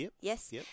Yes